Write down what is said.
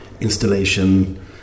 installation